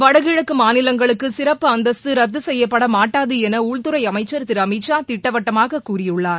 வடகிழக்கு மாநிலங்களுக்கு சிறப்பு அந்தஸ்து ரத்து செய்யப்பட மாட்டாது என உள்துறை அமைச்சர் திரு அமித் ஷா திட்டவட்டமாக கூறியுள்ளார்